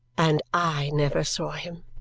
and i never saw him!